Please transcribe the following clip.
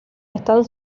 están